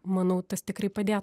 manau tas tikrai padėt